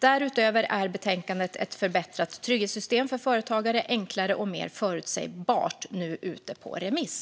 Därutöver är betänkandet Ett förbättrat trygghetssystem för företagare - enklare och mer förutsägbart nu ute på remiss.